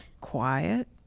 quiet